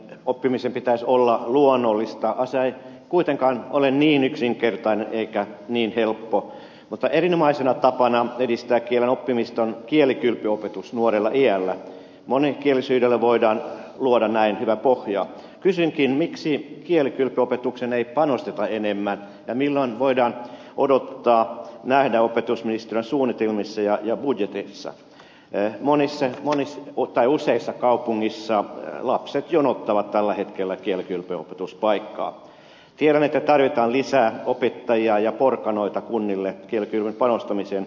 oppimisen pitäisi olla luonnollista on se ei kuitenkaan ole niin yksinkertainen eikä niin helppo mutta erinomaisena tapana edistää kielen oppimista on kielikylpyopetus nuorella iällä monikielisyydelle voidaan luoda näin hyvä pohja kysynkin miksi kielikylpyopetukseen ei panosteta enemmän milloin voidaan pudottaa näin opetusministeriön suunnitelmissa ja jo budjetissa jää monissa monissa ottar useissa kaupungeissa lapset jonottavat tällä hetkellä kielikylpyopetuspaikkaa tiedä mitä tarvitaan lisää opettajia ja porkkanoita kunnille kertyvä panostamiseen